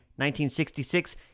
1966